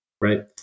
right